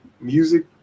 Music